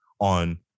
on